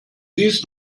dies